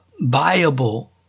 viable